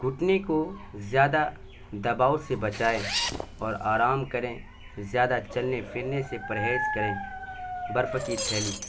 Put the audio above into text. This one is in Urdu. گھٹنے کو زیادہ دباؤ سے بچائیں اور آرام کریں زیادہ چلنے پھرنے سے پرہیز کریں برف کی تھیلی